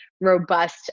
robust